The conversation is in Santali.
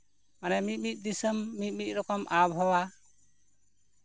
ᱢᱟᱱᱮ ᱢᱤᱫᱼᱢᱤᱫ ᱫᱤᱥᱚᱢ ᱢᱤᱫᱼᱢᱤᱫ ᱨᱚᱠᱚᱢ ᱟᱵᱚᱦᱟᱣᱟ